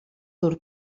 dur